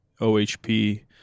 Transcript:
OHP